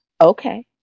Okay